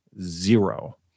Zero